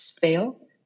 fail